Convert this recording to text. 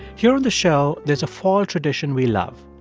here on the show, there's a fall tradition we love.